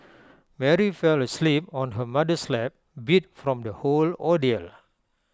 Mary fell asleep on her mother's lap beat from the whole ordeal